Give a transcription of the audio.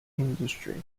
industry